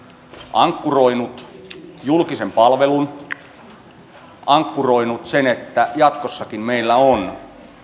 ankkuroinut julkisen palvelun ankkuroinut sen että jatkossakin meillä on